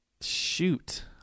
Shoot